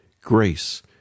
grace